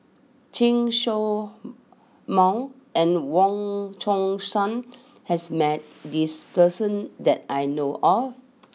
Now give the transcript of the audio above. Chen show Mao and Wong Chong Sai has met this person that I know of